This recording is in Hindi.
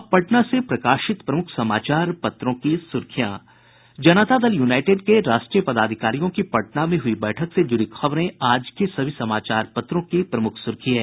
अब पटना से प्रकाशित प्रमुख समाचार पत्रों की सुर्खियां जनता दल यूनाईटेड के राष्ट्रीय पदाधिकारियों की पटना में हुई बैठक से जुड़ी खबरें आज के सभी समाचार पत्रों की प्रमुख सुर्खी है